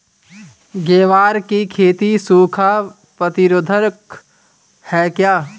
ग्वार की खेती सूखा प्रतीरोधक है क्या?